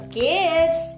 kids